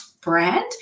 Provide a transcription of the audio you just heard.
brand